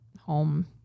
home